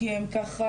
כי הם ככה,